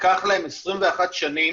לקח להם 21 שנים